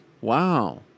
Wow